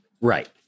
right